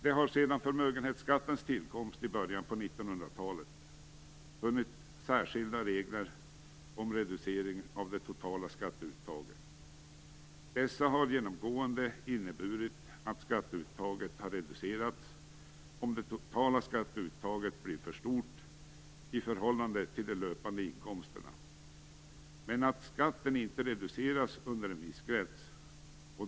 Det har sedan förmögenhetsskattens tillkomst i början av 1900-talet funnits särskilda regler om reducering av det totala skatteuttaget. Dessa har genomgående inneburit att skatteuttaget har reducerats om det totala skatteuttaget blivit för stort i förhållande till de löpande inkomsterna, men också att skatten inte har reducerats under en viss gräns.